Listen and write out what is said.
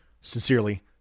Sincerely